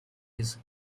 his